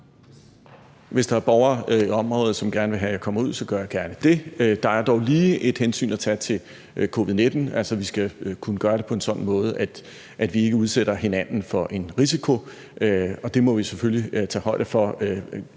Hvis der er borgere i området, som gerne vil have, jeg kommer derud, så gør jeg gerne det. Der er dog lige et hensyn at tage til covid-19, så vi skal altså kunne gøre det på en sådan måde, at vi ikke udsætter hinanden for en risiko. Det må vi selvfølgelig tage højde for.